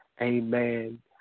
amen